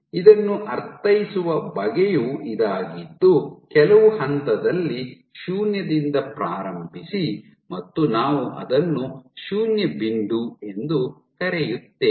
ಇದನ್ನು ಅರ್ಥೈಸುವ ಬಗೆಯು ಇದಾಗಿದ್ದು ಕೆಲವು ಹಂತದಲ್ಲಿ ಶೂನ್ಯದಿಂದ ಪ್ರಾರಂಭಿಸಿ ಮತ್ತು ನಾವು ಅದನ್ನು ಶೂನ್ಯ ಬಿಂದು ಎಂದು ಕರೆಯುತ್ತೇವೆ